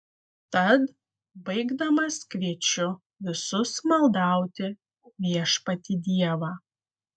tad baigdamas kviečiu visus maldauti viešpatį dievą